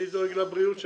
אני דואג לבריאות שלך.